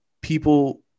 people